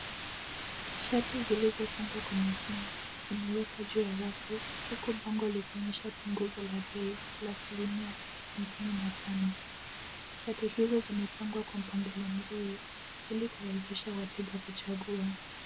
Shati zilizopangwa kwa makini, zimewekwa juu ya rafu, huku bango likionyesha punguzo la bei, la asilimia hamsini na tano. Shati hizi zimepangwa kwa mpangilio mzuri, ili kurahisisha wateja kuchagua.